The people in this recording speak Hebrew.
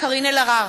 קארין אלהרר,